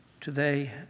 Today